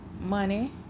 money